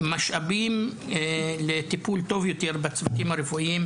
ומשאבים לטיפול טוב יותר בצוותים הרפואיים,